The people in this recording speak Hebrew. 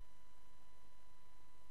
המספר הגבוה בעשור האחרון,